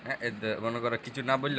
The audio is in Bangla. কল টাকা কইমে গ্যালে যে ছব দাম হ্যয়